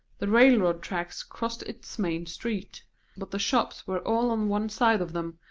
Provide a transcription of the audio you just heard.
the railroad tracks crossed its main street but the shops were all on one side of them,